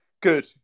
good